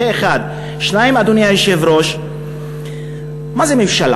זה, 1. 2. אדוני היושב-ראש, מה זה ממשלה?